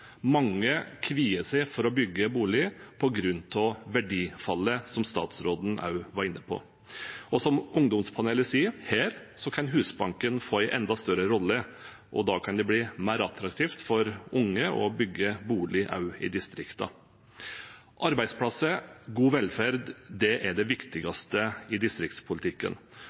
Mange kvier seg for å bygge bolig på grunn av verdifallet, som statsråden også var inne på. Som ungdomspanelet sier: Her kan Husbanken få en enda større rolle, og da kan det bli mer attraktivt for unge å bygge bolig også i distriktene. Arbeidsplasser og god velferd er det viktigste i distriktspolitikken,